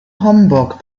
homburg